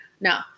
No